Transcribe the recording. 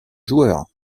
joueur